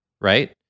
right